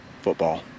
football